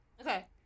Okay